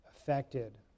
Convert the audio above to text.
affected